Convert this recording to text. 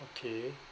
okay